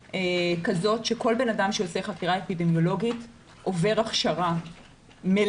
כזאת שכל אדם שעושה חקירה אפידמיולוגית עובר הכשרה מלאה,